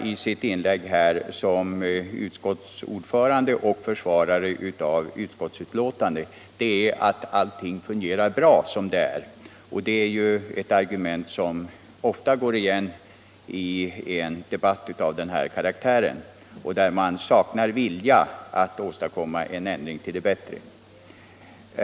i sitt inlägg här som utskottsordförande och försvarare av utskottsbetänkandet, nämligen att allting fungerar bra som det är. Det är ju ett argument som ofta går igen i en debatt av den här karaktären, där man saknar vilja att åstadkomma en ändring till det bättre.